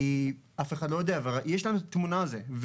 כי אף אחד לא יודע ויש לנו תמונה על זה.